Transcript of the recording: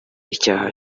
icyaha